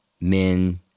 men